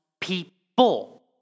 people